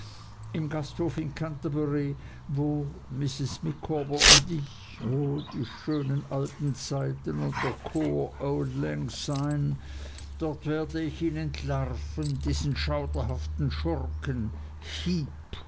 im gasthof in canterbury wo mrs micawber und ich o die schönen alten zeiten und der chor auld lang syne dort werde ich ihn entlarven diesen schauderhaften schurken heep